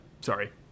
sorry